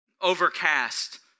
overcast